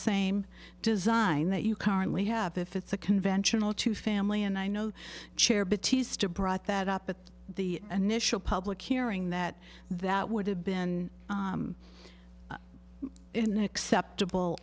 same design that you currently have if it's a conventional two family and i know chair bitties to brought that up at the initial public hearing that that would have been an acceptable